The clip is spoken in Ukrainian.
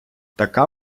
така